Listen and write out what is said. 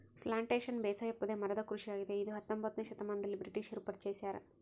plantation ಬೇಸಾಯ ಪೊದೆ ಮರದ ಕೃಷಿಯಾಗಿದೆ ಇದ ಹತ್ತೊಂಬೊತ್ನೆ ಶತಮಾನದಲ್ಲಿ ಬ್ರಿಟಿಷರು ಪರಿಚಯಿಸ್ಯಾರ